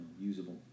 usable